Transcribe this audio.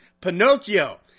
Pinocchio